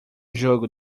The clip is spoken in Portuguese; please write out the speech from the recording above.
jogo